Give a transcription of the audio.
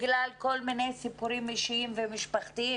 בגלל כל מיני סיפורים אישיים ומשפחתיים.